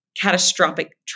catastrophic